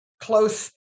close